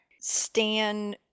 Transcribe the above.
stan